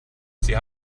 sie